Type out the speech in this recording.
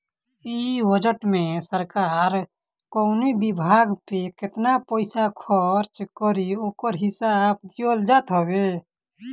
इ बजट में सरकार कवनी विभाग पे केतना पईसा खर्च करी ओकर हिसाब दिहल जात हवे